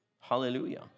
Hallelujah